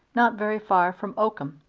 not very far from oakham.